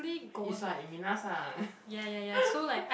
he's like minasan